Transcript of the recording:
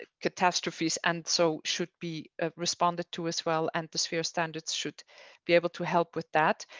ah catastrophes and so should be ah responded to as well. and the sphere standards should be able to help with that.